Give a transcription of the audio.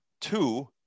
two